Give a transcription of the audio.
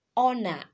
honor